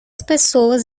pessoas